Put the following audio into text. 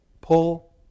pull